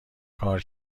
کار